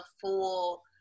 full